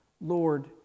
Lord